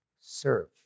Serve